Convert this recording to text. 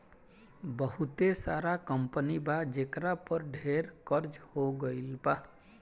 बहुते सारा कंपनी बा जेकरा पर ढेर कर्ज हो गइल बा